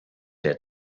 der